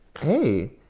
Hey